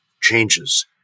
changes